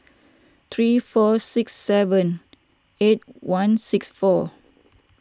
three four six seven eight one six four